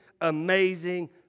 amazing